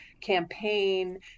campaign